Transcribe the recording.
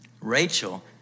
Rachel